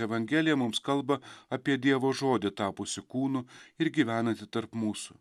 evangelija mums kalba apie dievo žodį tapusį kūnu ir gyvenantį tarp mūsų